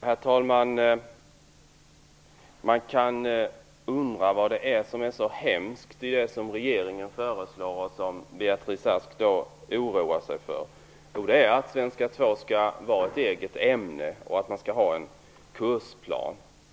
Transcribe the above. Herr talman! Man kan undra vad det är som är så hemskt i det som regeringen föreslår och som Beatrice Ask oroar sig för. Jo, det är att svenska 2 skall vara ett eget ämne och att det skall finnas en kursplan.